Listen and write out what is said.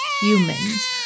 humans